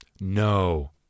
no